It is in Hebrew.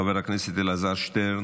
חבר הכנסת אלעזר שטרן,